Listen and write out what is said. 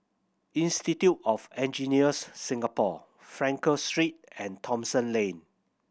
Institute of Engineers Singapore Frankel Street and Thomson Lane